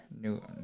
New